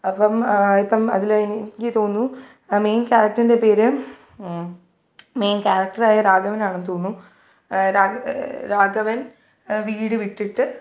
അപ്പം ഇപ്പം അതിൽ എനിക്ക് തോന്നുന്നു മെയിൻ ക്യാരക്റ്ററിന്റെ പേര് മെയിൻ ക്യാക്റ്ററായ രാഘവനാണെന്ന് തോന്നുന്നു രാഘവൻ രാഘവൻ വീട് വിട്ടിട്ട്